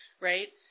right